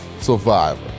survivor